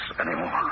anymore